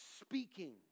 speaking